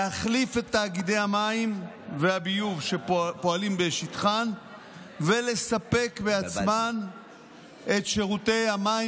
להחליף את תאגידי המים והביוב שפועלים בשטחן ולספק בעצמן את שירותי המים